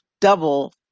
double